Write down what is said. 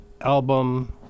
album